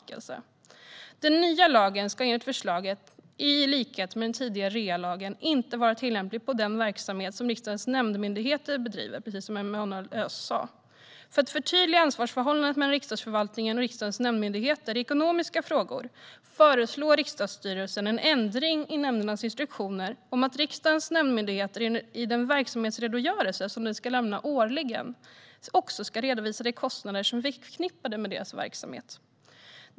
En översyn av det ekonomiadministrativa regelverket för riks-dagens myndigheter Den nya lagen ska enligt förslaget, i likhet med den tidigare REA-lagen, inte vara tillämplig på den verksamhet som riksdagens nämndmyndigheter bedriver. För att förtydliga ansvarsförhållandet mellan Riksdagsförvaltningen och riksdagens nämndmyndigheter i ekonomiska frågor föreslår riksdagsstyrelsen en ändring i nämndernas instruktioner om att riksdagens nämndmyndigheter i den verksamhetsredogörelse som de årligen ska lämna in också ska redovisa de kostnader som är förknippade med verksamheten.